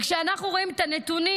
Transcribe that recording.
וכשאנחנו רואים את הנתונים